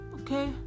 okay